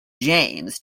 james